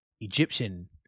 Egyptian